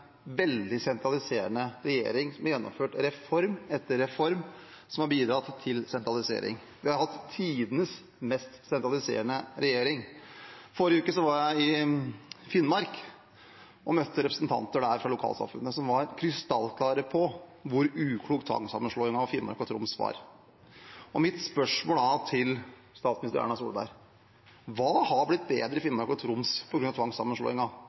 veldig sentraliserende regjering som har gjennomført reform etter reform som har bidratt til sentralisering. Vi har hatt tidenes mest sentraliserende regjering. I forrige uke var jeg i Finnmark og møtte representanter fra lokalsamfunnene der, som var krystallklare på hvor uklok tvangssammenslåingen av Finnmark og Troms var. Mine spørsmål til statsminister Erna Solberg er: Hva har blitt bedre i Finnmark og Troms